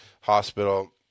hospital